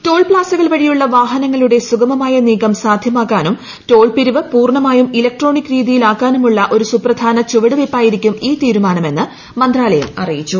toll പ്താസുകൾ വഴിയുള്ള വാഹനങ്ങളുടെ സുഗമമായ നീക്കം സാധ്യമാക്കാനും ടോൾ പിരിവ് പൂർണ്ണമായും ഇലക്ട്രോണിക് രീതിയിലാക്കാനുമുള്ള ഒരു സുപ്രധാന ചുവടുവയ്പായിരിക്കും ഈ തീരുമാനമെന്ന് മന്ത്രാലയം അറിയിച്ചു